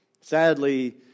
Sadly